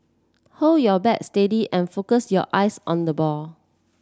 hold your bat steady and focus your eyes on the ball